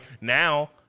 now